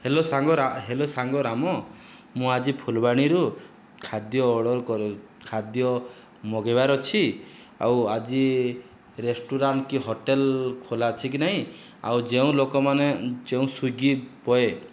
hello hello ସାଙ୍ଗ ରାମ ମୁଁ ଆଜି ଫୁଲବାଣୀରୁ ଖାଦ୍ୟ ଖାଦ୍ୟ ମଗାଇବାର ଅଛି ଆଉ ଆଜି ରେଷ୍ଟୁରାଣ୍ଟ କି ହୋଟେଲ ଖୋଲା ଅଛି କି ନାହିଁ ଆଉ ଯେଉଁ ଲୋକମାନେ ଯେଉଁ ସ୍ଵିଗି ବଏ